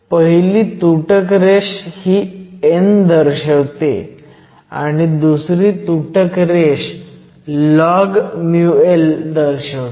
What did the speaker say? पहिली तुटक रेष ही n दर्शवते आणि दुसरी तुटक रेष लॉगμL दर्शवते